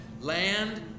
Land